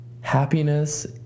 Happiness